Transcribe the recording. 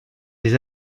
les